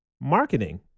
marketing